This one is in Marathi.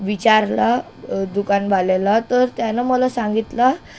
विचारलं दुकानवाल्याला तर त्यानं मला सांगितला